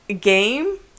game